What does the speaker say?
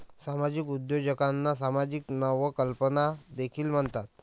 सामाजिक उद्योजकांना सामाजिक नवकल्पना देखील म्हणतात